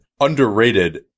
underrated